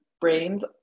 brains